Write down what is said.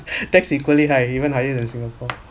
tax equally high even higher than singapore